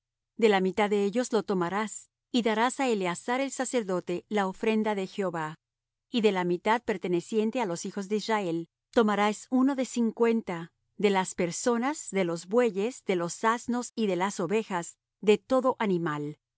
de la mitad de ellos lo tomarás y darás á eleazar el sacerdote la ofrenda de jehová y de la mitad perteneciente á los hijos de israel tomarás uno de cincuenta de las personas de los bueyes de los asnos y de las ovejas de todo animal